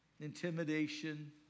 intimidation